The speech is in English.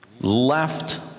left